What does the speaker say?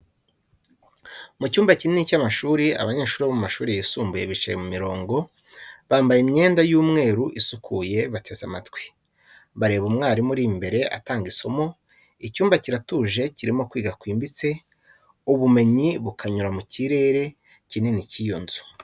Mu cyumba kinini cy’amashuri, abanyeshuri bo mu mashuri yisumbuye bicaye mu mirongo, bambaye imyenda y’umweru isukuye, bateze amatwi. Bareba umwarimu uri imbere atanga isomo. Icyumba kiratuje, kirimo kwiga kwimbitse, ubumenyi bukanyura mu kirere kinini cy’iyo nzu.